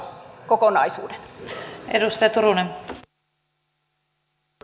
arvoisa puhemies